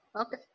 okay